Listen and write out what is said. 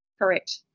Correct